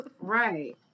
Right